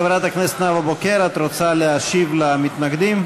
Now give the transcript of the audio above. חברת הכנסת נאוה בוקר, את רוצה להשיב למתנגדים?